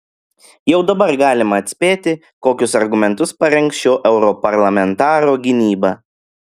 jau dabar galima atspėti kokius argumentus parengs šio europarlamentaro gynyba